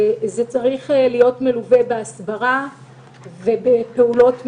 זה צריך להיות מלווה בהסברה ובפעולות מניעה.